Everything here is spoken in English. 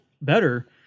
better